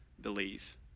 believe